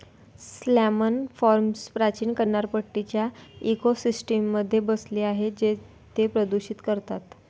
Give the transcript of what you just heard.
salmon farms प्राचीन किनारपट्टीच्या इकोसिस्टममध्ये बसले आहेत जे ते प्रदूषित करतात